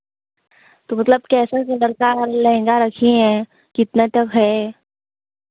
तो मतलब कैसा कलर का लहेंगा रखी हैं कितने तक है